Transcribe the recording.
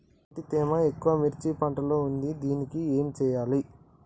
నీటి తేమ ఎక్కువ మిర్చి పంట లో ఉంది దీనికి ఏం చేయాలి?